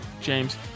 James